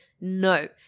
No